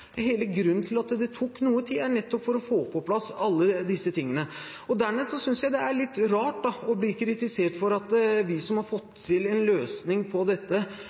Hele grunnen til at det tok noe tid, var nettopp at man skulle få på plass alle disse tingene. Dernest synes jeg det er litt rart at vi som har fått til en løsning på dette,